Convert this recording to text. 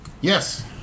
Yes